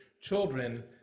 children